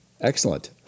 Excellent